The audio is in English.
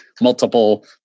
multiple